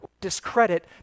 discredit